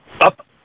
up